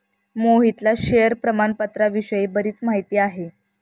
मोहितला शेअर प्रामाणपत्राविषयी बरीच माहिती आहे